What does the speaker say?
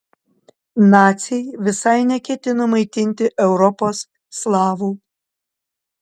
naciai visai neketino maitinti europos slavų